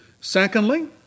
Secondly